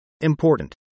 Important